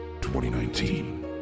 2019